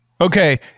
Okay